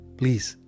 please